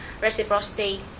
reciprocity